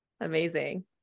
Amazing